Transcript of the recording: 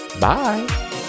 Bye